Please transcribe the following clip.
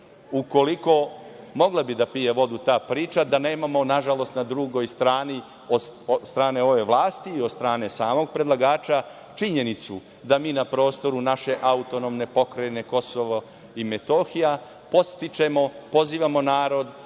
bi mogla zaista da pije vodu, da nemamo, nažalost, na drugoj strani, od strane ove vlasti i od strane samog predlagača, činjenicu da mi na prostoru naše Autonomne Pokrajine Kosovo i Metohija podstičemo, pozivamo narod,